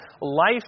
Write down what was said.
life